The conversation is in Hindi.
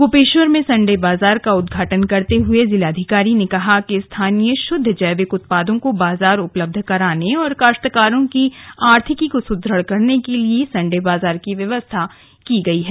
गोपेश्वर में संडे बाजार का उद्घाटन करते हुए जिलाधिकारी ने कहा कि स्थानीय शुद्द जैविक उत्पादों को बाजार उपलब्ध कराने तथा काश्तकारों की आर्थिकी को सुदृढ करने के लिए संडे बाजार की व्यवस्था की गई है